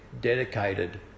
dedicated